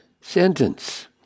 sentence